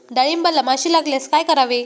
डाळींबाला माशी लागल्यास काय करावे?